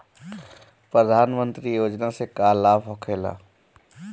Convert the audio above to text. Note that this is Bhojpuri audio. प्रधानमंत्री योजना से का लाभ होखेला?